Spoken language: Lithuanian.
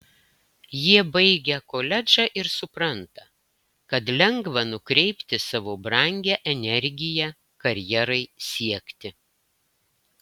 jie baigia koledžą ir supranta kad lengva nukreipti savo brangią energiją karjerai siekti